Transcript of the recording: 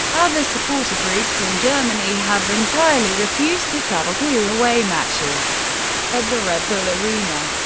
other supporter groups in germany have entirely refused to travel to away matches at the red bull arena.